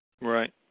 Right